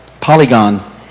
Polygon